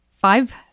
five